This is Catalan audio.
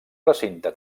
recinte